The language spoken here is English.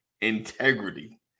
integrity